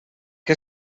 que